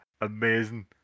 amazing